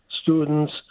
students